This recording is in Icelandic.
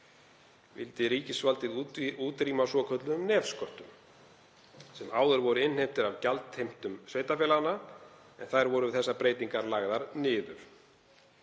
vildi ríkisvaldið útrýma svokölluðum nefsköttum, sem áður voru innheimtir af gjaldheimtum sveitarfélaganna. Þær voru við þessar breytingar lagðar niður.